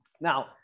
Now